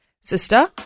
sister